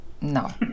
no